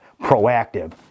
proactive